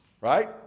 right